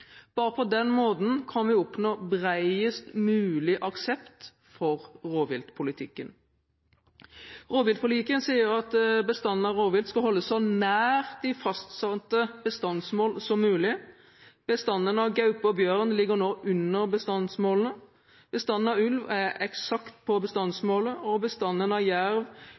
Bare på den måten kan vi oppnå bredest mulig aksept for rovviltpolitikken. Rovviltforliket sier at bestandene av rovvilt skal holdes så nær de fastsatte bestandsmål som mulig. Bestandene av gaupe og bjørn ligger nå under bestandsmålene. Bestanden av ulv er eksakt på bestandsmålet, og bestanden av jerv